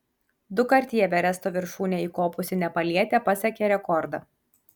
dukart į everesto viršūnę įkopusi nepalietė pasiekė rekordą